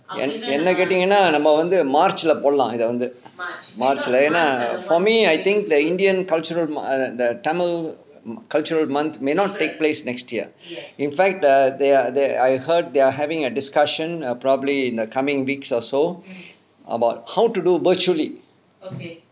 என் என்னை கேட்டீங்கன்னா நம்ம வந்து:en ennai kaetingannaa namma vanthu march இல்ல போடலாம் இதை வந்து:illa podalaam ithai vanthu march இல்ல ஏனா:illa yaenaa for me I think the indian cultural month err the tamil cultural month may not take place next year in fact they their I heard they're having a discussion err probably in the coming weeks or so about how to do virtually